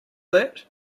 that